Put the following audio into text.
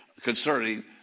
concerning